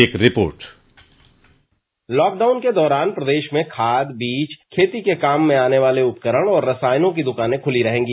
एक report lockdown के दौरान प्रदेश में खाद बीज खेती के काम में आने वाले उपकरण और रसायनों की दुकानें खुली रहेंगी